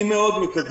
אני מאוד מקווה